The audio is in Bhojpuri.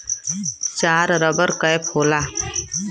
चार रबर कैप होला